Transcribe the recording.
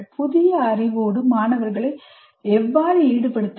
புதிய அறிவோடு மாணவர்களை எவ்வாறு ஈடுபடுத்துவது